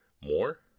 more